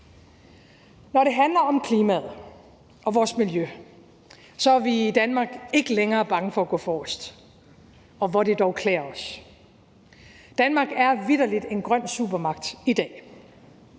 Når det handler om klimaet og vores miljø, er vi i Danmark ikke længere bange for at gå forrest. Og hvor det dog klæder os. Danmark er vitterlig en grøn supermagt i dag.